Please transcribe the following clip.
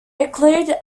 euclid